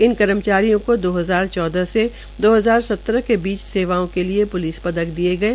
इन कर्मचारियों को दो हजार चौदह से दो हजार सत्रह के बीच सेवाओं के लिए प्लिस पदक दिये गये